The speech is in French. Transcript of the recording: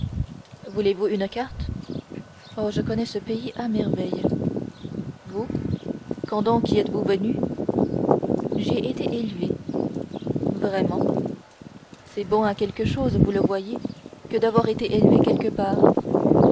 voulez-vous une carte oh je connais ce pays à merveille vous quand donc y êtes-vous venue j'y ai été élevée vraiment c'est bon à quelque chose vous le voyez que d'avoir été élevée quelque part